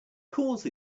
course